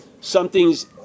something's